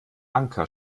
anker